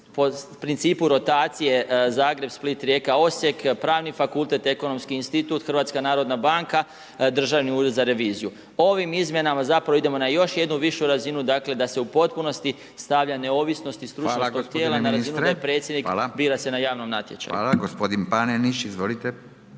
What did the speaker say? po principu rotacije Zagreb, Split, Rijeka, Osijek, Pravni fakultet, Ekonomski institut, HNB, Državni ured za reviziju. Ovim izmjenama zapravo idemo na još jednu višu razinu, dakle da se u potpunosti stavlja neovisnost i stručnost .../Govornici govore istovremeno, ne razumije se./... da predsjednik bira se na javnom natječaju. **Radin, Furio